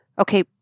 Okay